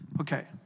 Okay